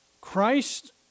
Christ